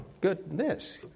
goodness